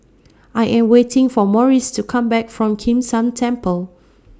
I Am waiting For Maurice to Come Back from Kim San Temple